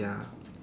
ya